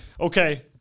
Okay